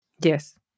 Yes